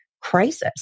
crisis